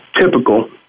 typical